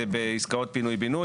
בעסקאות פינוי בינוי.